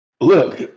Look